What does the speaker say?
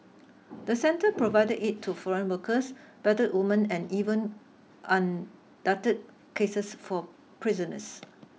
the centre provided aid to foreign workers battered women and even on duct cases for prisoners